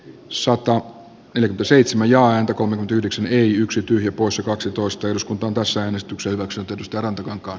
sota yli seitsemän ja antakoon yhdeksän yksi tyhjä poissa kaksitoista eduskuntaan tasaomistuksen vuoksi tykistöranta jonka